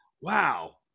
wow